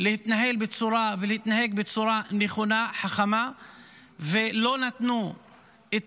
להתנהל ולהתנהג בצורה נכונה, חכמה, ולא נתנו את